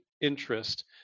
interest